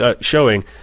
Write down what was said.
showing